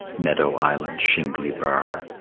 meadow island, shingly bar,